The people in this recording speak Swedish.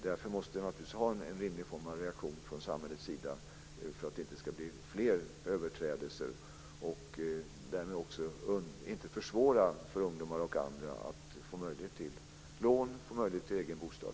Därför måste man naturligtvis ha en rimlig form av reaktion från samhällets sida, så att det inte ska bli fler överträdelser och så att man inte försvårar för ungdomar och andra att få exempelvis lån eller egen bostad.